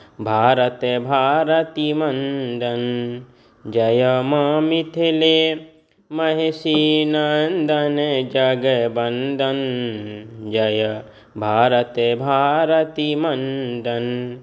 भारत भारती मण्डन जय माँ मिथिले महिषी नन्दन जगवन्दन जय भारत भारती मण्डन